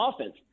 offense